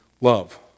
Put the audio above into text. love